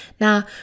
Now